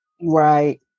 Right